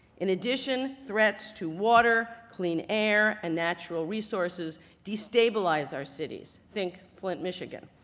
in addition, threats to water, clean air, and natural resources destabilize our cities, think flint, michigan,